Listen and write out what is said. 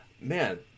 Man